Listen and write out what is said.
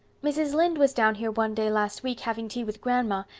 mrs. lynde was down here one day last week having tea with grandma,